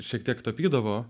šiek tiek tapydavo